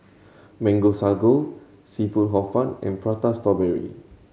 Mango Sago seafood Hor Fun and Prata Strawberry